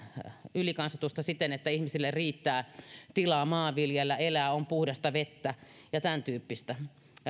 ylikansoitusta siten että ihmisille riittää tilaa viljellä maata ja elää on puhdasta vettä ja tämäntyyppistä